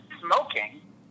smoking